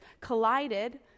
collided